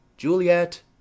Juliet